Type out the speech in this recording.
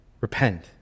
Repent